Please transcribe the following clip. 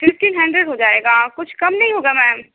fifteen hundred ہو جائے گا کچھ کم نہیں ہوگا میم